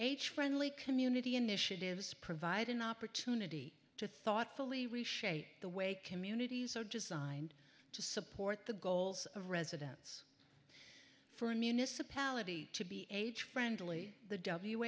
h friendly community initiatives provide an opportunity to thoughtfully reshape the way communities are designed to support the goals of residence for a municipality to be age friendly the w